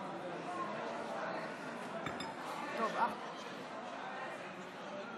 ישיבה 114,